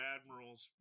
Admirals